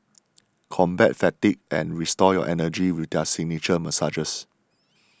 combat fatigue and restore your energy with their signature massages